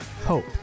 hope